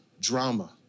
drama